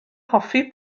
hoffi